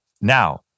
now